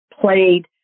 played